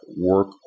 work